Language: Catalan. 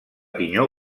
pinyó